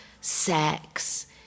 sex